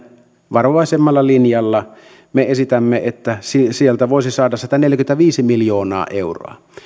varovaisemmalla linjalla me esitämme että sieltä voisi saada sataneljäkymmentäviisi miljoonaa euroa